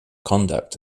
conduct